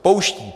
Pouští.